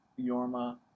Yorma